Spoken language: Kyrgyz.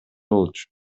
болчу